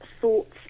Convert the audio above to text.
thoughts